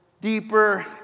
deeper